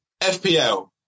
FPL